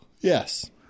Yes